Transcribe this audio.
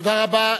תודה רבה.